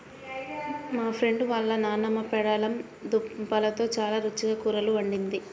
మా ఫ్రెండు వాళ్ళ నాన్నమ్మ పెండలం దుంపలతో చాలా రుచిగా కూరలు వండిద్ది